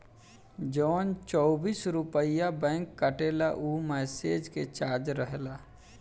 जवन चौबीस रुपइया बैंक काटेला ऊ मैसेज के चार्ज रहेला